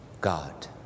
God